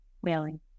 whaling